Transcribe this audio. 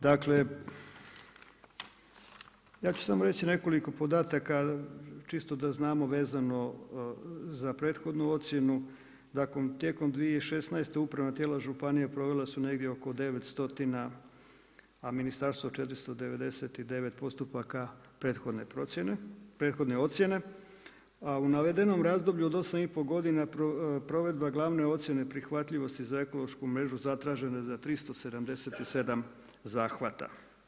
Dakle, ja ću samo reći nekoliko podataka, čisto da znamo vezano za prethodnu ocjenu, da tijekom 2016. upravna tijela županija provela su negdje oko 900 a ministarstvo 499 postupaka prethodne ocjene a u navedenom razdoblju od 8 i pol godina provedba glavne ocjene prihvatljivosti za ekološku mrežu zatraženo je za 377 zahvata.